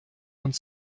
und